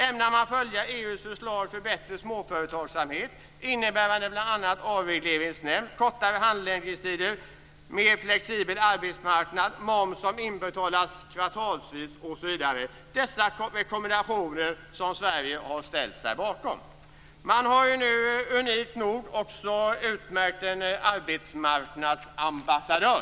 Ämnar man följa EU:s förslag för bättre småföretagsamhet, innebärande bl.a. avregleringsnämnd, kortare handläggningstider, mer flexibel arbetsmarknad, moms som inbetalas kvartalsvis, osv.? Dessa rekommendationer har ju Sverige ställt sig bakom. Man har ju nu unikt nog också utnämnt en arbetsmarknadsambassadör.